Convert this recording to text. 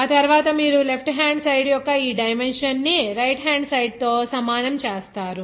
ఆ తరువాత మీరు లెఫ్ట్ హ్యాండ్ సైడ్ యొక్క ఈ డైమెన్షన్ ని రైట్ హ్యాండ్ సైడ్ తో సమానం చేస్తారు